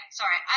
sorry